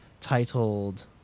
titled